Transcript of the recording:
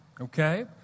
Okay